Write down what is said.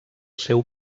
seu